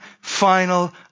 final